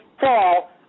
fall